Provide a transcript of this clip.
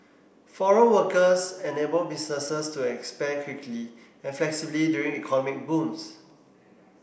foreign workers enable businesses to expand quickly and flexibly during economic booms